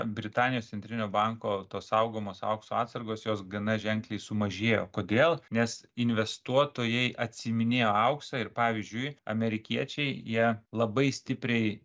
britanijos centrinio banko tos saugomos aukso atsargos jos gana ženkliai sumažėjo kodėl nes investuotojai atsiiminėjo auksą ir pavyzdžiui amerikiečiai jie labai stipriai